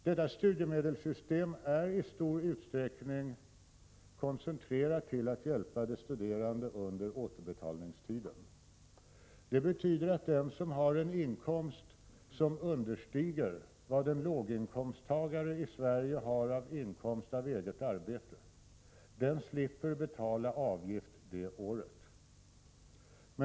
Detta studiemedelssystem är i stor utsträckning koncentrerat till att hjälpa de studerande under återbetalningstiden. Det betyder att den som har en inkomst som understiger vad en låginkomsttagare i Sverige har i inkomst av eget arbete slipper betala avgift det ifrågavarande året.